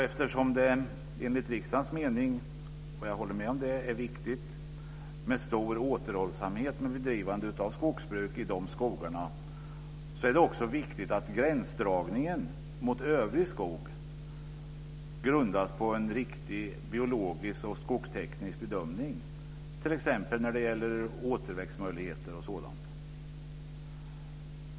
Eftersom det enligt riksdagens mening, och jag håller med om det, är viktigt med stor återhållsamhet vid bedrivande av skogsbruk i de skogarna är det också viktigt att gränsdragningen mot övrig skog grundas på en riktig biologisk och skogsteknisk bedömning, t.ex. när det gäller återväxtmöjligheter och sådant.